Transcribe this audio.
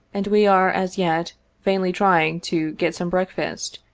and we are as yet vainly trying to get some breakfast,